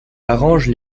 arrange